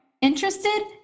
Interested